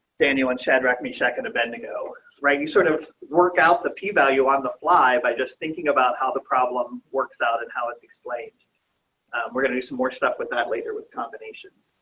daniel and chad wrecked me second event ago right you sort of work out the p value on the fly by just thinking about how the problem works out and how it explained we're going to do some more stuff with that later with combinations.